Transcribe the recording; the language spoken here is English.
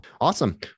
Awesome